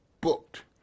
booked